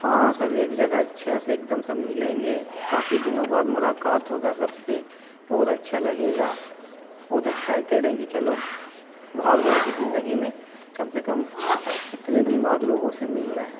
ہاں سب ایک جگہ اچھا سے ایک دم سب ملیں گے کافی دنوں بعد ملاقات ہوگا سب سے بہت اچھا لگے گا بہت ایکسائٹیڈ ہیں کہ چلو بھاگ دوڑ کی زندگی میں کم سے کم اتنے دن بعد لوگوں سے مل رہے ہیں